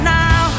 now